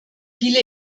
viele